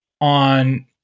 on